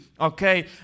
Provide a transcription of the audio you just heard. okay